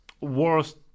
worst